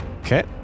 Okay